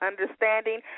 understanding